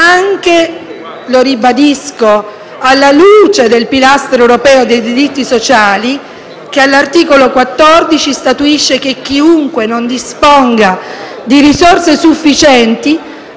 anche - lo ribadisco - alla luce del pilastro europeo dei diritti sociali che all'articolo 14 statuisce: «Chiunque non disponga di risorse sufficienti